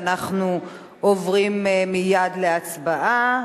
אנחנו עוברים מייד להצבעה.